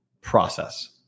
process